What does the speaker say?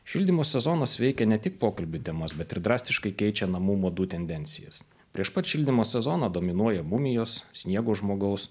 šildymo sezonas veikia ne tik pokalbių temas bet ir drastiškai keičia namų madų tendencijas prieš pat šildymo sezoną dominuoja mumijos sniego žmogaus